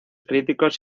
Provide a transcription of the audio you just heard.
críticos